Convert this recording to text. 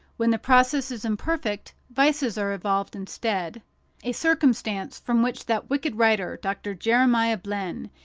when the process is imperfect, vices are evolved instead a circumstance from which that wicked writer, dr. jeremiah blenn,